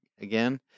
again